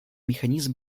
механизм